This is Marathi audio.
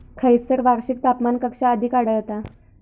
खैयसर वार्षिक तापमान कक्षा अधिक आढळता?